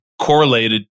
correlated